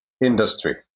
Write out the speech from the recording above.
industry